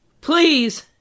Please